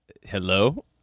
Hello